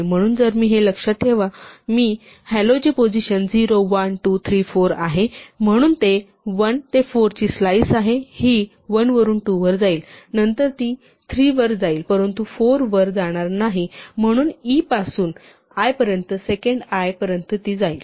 म्हणून जर मी हे केले तर लक्षात ठेवा की हॅलोची पोझिशन 0 1 2 3 4 आहे म्हणून 1 ते 4 ची स्लाइस हि 1 वरून 2 वर जाईल नंतर ती 3 वर जाईल परंतु 4 वर जाणार नाही म्हणून e पासून l पर्यंत सेकंड l पर्यंत ती जाईल